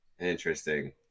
Interesting